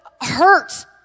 hurt